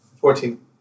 Fourteen